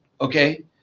Okay